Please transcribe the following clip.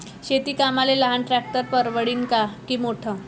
शेती कामाले लहान ट्रॅक्टर परवडीनं की मोठं?